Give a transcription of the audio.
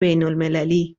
بینالمللی